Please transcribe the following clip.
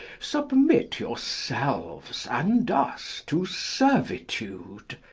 submit yourselves and us to servitude.